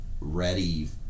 ready